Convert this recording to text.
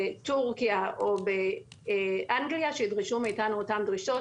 בתורכיה או באנגליה, שידרשו מאתנו את אותן דרישות.